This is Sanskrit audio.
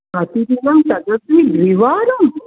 प्रतिदिनं तदपि द्विवारं